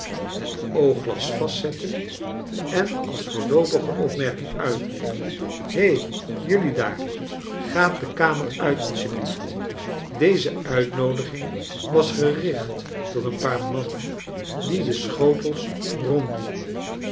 het oogglas vastzette en als voorloopige opmerking uitriep he jullie daar gaat de kamer uit asjeblieft deze uitnoodiging was gericht tot een paar mannen die de schotels ronddienden